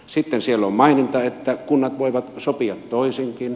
sitten siellä on maininta että kunnat voivat sopia toisinkin